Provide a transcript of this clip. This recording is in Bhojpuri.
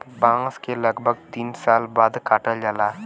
बांस के लगभग तीन साल बाद काटल जाला